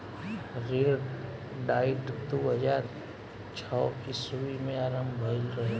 ऋण डाइट दू हज़ार छौ ईस्वी में आरंभ भईल रहे